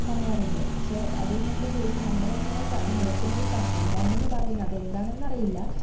പറയാറുണ്ട് പക്ഷെ അതും കൊണ്ട് പോയിട്ട് നമ്മളങ്ങനെ ക നോക്കുന്നത് ച ഇതാണെന്ന് പറയുന്നത് അതെന്താണെന്നറിയില്ല